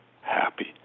happy